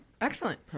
Excellent